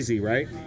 right